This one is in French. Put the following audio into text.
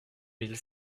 mille